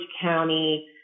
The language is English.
County